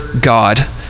God